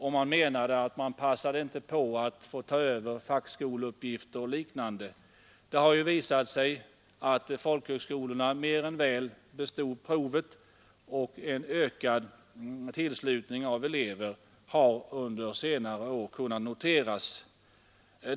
De passade ju inte på, menade man, att ta över fackskoleuppgifter och liknande. Men det har visat sig att folkhögskolorna mer än väl bestått provet, och en ökad tillslutning av elever har under senare år kunnat noteras.